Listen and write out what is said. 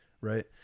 right